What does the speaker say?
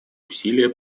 усилия